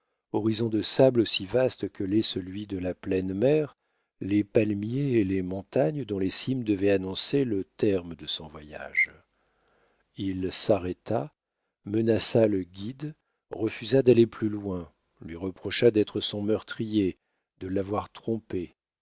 horizon de sables aussi vaste que l'est celui de la pleine mer les palmiers et les montagnes dont les cimes devaient annoncer le terme de son voyage il s'arrêta menaça le guide refusa d'aller plus loin lui reprocha d'être son meurtrier de l'avoir trompé